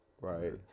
right